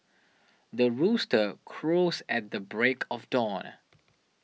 the rooster crows at the break of dawn